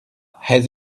has